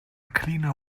cleaner